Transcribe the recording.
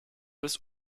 bis